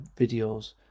videos